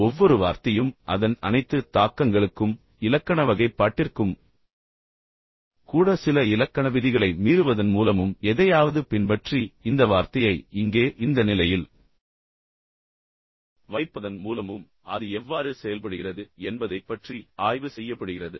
ஒவ்வொரு வார்த்தையும் அதன் அனைத்து தாக்கங்களுக்கும் இலக்கண வகைப்பாட்டிற்கும் கூட சில இலக்கண விதிகளை மீறுவதன் மூலமும் எதையாவது பின்பற்றி இந்த வார்த்தையை இங்கே இந்த நிலையில் வைப்பதன் மூலமும் அது எவ்வாறு செயல்படுகிறது என்பதைப் பற்றி ஆய்வு செய்யப்படுகிறது